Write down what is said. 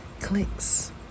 clicks